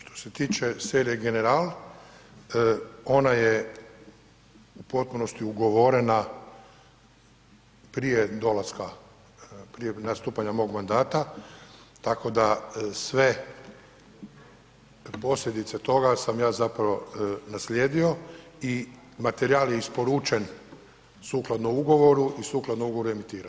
Što se tiče serije General, ona je u potpunosti ugovorena prije dolaska, prije nastupanja mog mandata tako da sve posljedice toga sam ja zapravo nasljedio i materijal je isporučen sukladno ugovoru i sukladno ugovoru emitiran.